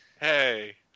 Hey